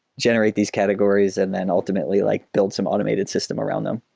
generate these categories and then ultimately like build some automated system around them.